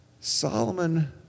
Solomon